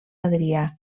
adrià